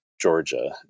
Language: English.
georgia